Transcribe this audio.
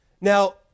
Now